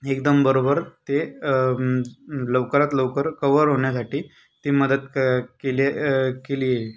एकदम बरोबर ते लवकरात लवकर कवर होण्यासाठी ते मदत क केली आहे केली आहे